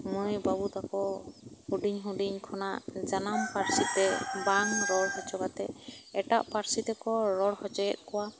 ᱢᱟᱹᱭ ᱵᱟᱹᱵᱩ ᱛᱟᱠᱚ ᱦᱩᱰᱤᱝ ᱦᱩᱰᱤᱝ ᱠᱷᱚᱱᱟᱜ ᱡᱟᱱᱟᱢ ᱯᱟᱹᱨᱥᱤ ᱛᱮ ᱵᱟᱝ ᱨᱚᱲ ᱦᱚᱪᱚ ᱠᱟᱛᱮᱜ ᱮᱴᱟᱜ ᱯᱟᱹᱨᱥᱤ ᱛᱮᱠᱚ ᱨᱚᱲ ᱦᱚᱪᱚᱭᱮᱫ ᱠᱚᱣᱟ